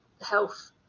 health